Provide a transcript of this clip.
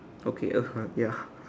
okay her front ya